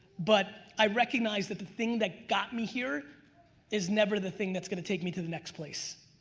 but i recognized that the thing that got me here is never the thing that's gonna take me to the next place.